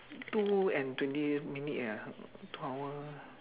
two and twenty minute ah two hour